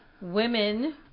women